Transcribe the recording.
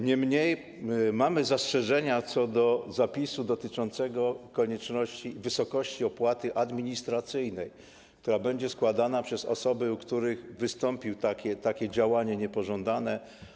Niemniej mamy zastrzeżenia co do zapisu dotyczącego konieczności wniesienia i wysokości opłaty administracyjnej, która będzie składana przez osoby, u których wystąpią takie działania niepożądane.